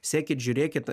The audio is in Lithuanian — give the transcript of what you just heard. sekit žiūrėkit